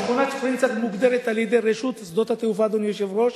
אדוני היושב-ראש,